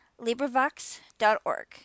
LibriVox.org